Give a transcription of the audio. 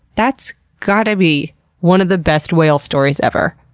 that's gotta be one of the best whale stories ever,